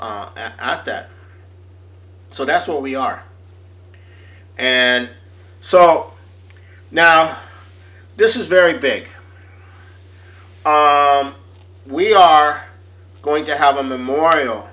t at that so that's what we are and so now this is very big we are going to have a memorial